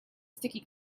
sticky